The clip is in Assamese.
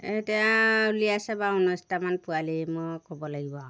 এই এতিয়া উলিয়াইছে বাৰু ঊনৈছটামান পোৱালি মই ক'ব লাগিব আৰু